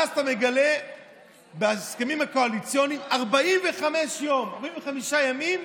ואז אתה מגלה בהסכמים הקואליציוניים: 45 ימים,